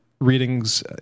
readings